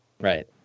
Right